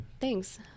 thanks